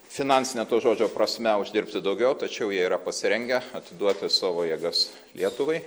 finansine to žodžio prasme uždirbti daugiau tačiau jie yra pasirengę atiduoti savo jėgas lietuvai